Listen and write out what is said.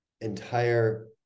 entire